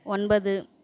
ஒன்பது